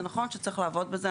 זה נכון שצריך לעבוד בזה.